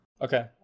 Okay